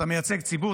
אתה מייצג ציבור,